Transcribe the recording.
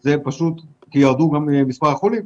ירדה היא כי ירד גם מספר החולים.